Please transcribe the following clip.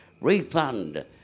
refund